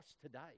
today